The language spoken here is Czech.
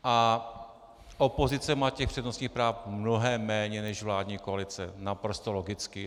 A opozice má těch přednostních práv mnohem méně než vládní koalice naprosto logicky.